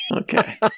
Okay